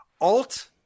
alt